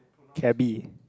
cabby